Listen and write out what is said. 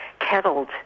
kettled